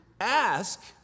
ask